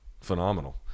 Phenomenal